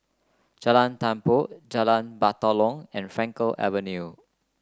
Jalan Tempua Jalan Batalong and Frankel Avenue